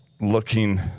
looking